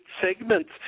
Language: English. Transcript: segments